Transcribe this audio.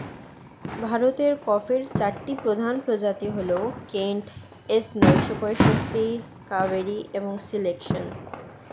ভারতের কফির চারটি প্রধান প্রজাতি হল কেন্ট, এস নয়শো পঁয়ষট্টি, কাভেরি এবং সিলেকশন